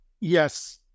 Yes